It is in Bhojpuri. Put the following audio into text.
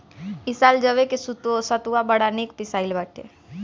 इ साल जवे के सतुआ बड़ा निक पिसाइल बाटे